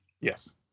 Yes